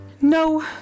No